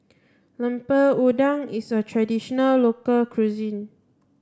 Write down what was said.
Lemper Udang is a traditional local cuisine